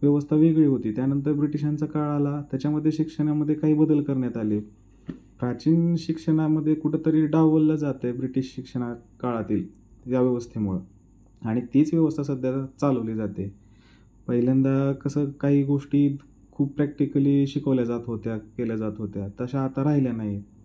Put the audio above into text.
व्यवस्था वेगळी होती त्यानंतर ब्रिटिशांचा काळ आला त्याच्यामध्ये शिक्षणामध्ये काही बदल करण्यात आले प्राचीन शिक्षणामध्ये कुठंतरी डावललं जातं आहे ब्रिटिश शिक्षणा काळातील या व्यवस्थेमुळं आणि तीच व्यवस्था सध्या चालवली जाते पहिल्यांदा कसं काही गोष्टी खूप प्रॅक्टिकली शिकवल्या जात होत्या केल्या जात होत्या तशा आता राहिल्या नाही